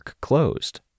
closed